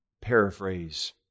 paraphrase